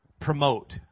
promote